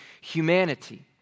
humanity